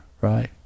right